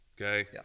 okay